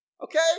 Okay